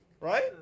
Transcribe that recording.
right